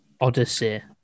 Odyssey